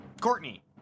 courtney